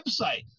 website